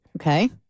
Okay